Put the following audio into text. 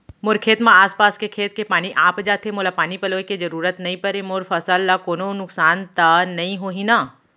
मोर खेत म आसपास के खेत के पानी आप जाथे, मोला पानी पलोय के जरूरत नई परे, मोर फसल ल कोनो नुकसान त नई होही न?